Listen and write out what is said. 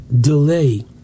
delay